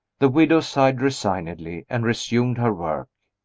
the widow sighed resignedly, and resumed her work.